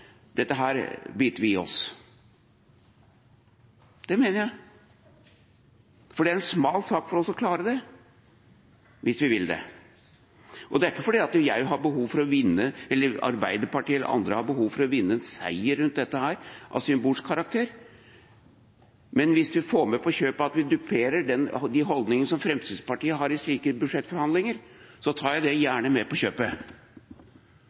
dette biter vi i oss? Det mener jeg. Det er en smal sak for oss å klare det hvis vi vil det. Det er ikke fordi jeg, Arbeiderpartiet eller andre har behov for å vinne en seier i dette av symbolsk karakter. Men hvis vi får med på kjøpet at vi duperer de holdningene som Fremskrittspartiet har i slike budsjettforhandlinger, tar jeg gjerne det med på kjøpet.